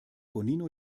bonino